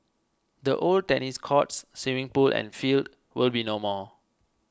the old tennis courts swimming pool and field will be no more